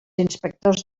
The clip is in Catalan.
inspectors